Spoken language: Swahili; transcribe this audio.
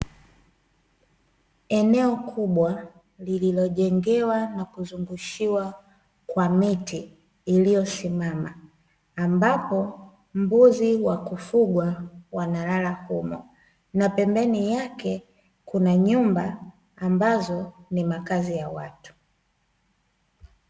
Eneo kubwa lililojengewa na kuzungushiwa kwa miti iliyosimama, ambapo mbuzi wa kufugwa wanalala humo. Na pembeni yake kuna nyumba ambazo ni makazi ya watu.